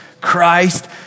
Christ